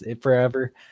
forever